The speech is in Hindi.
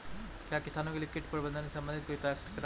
क्या किसानों के लिए कीट प्रबंधन से संबंधित कोई पाठ्यक्रम है?